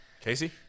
Casey